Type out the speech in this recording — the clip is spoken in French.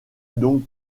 donc